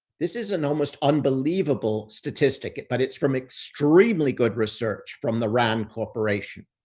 this is an almost unbelievable statistic, but it's from extremely good research from the rand corporation.